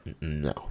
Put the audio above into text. No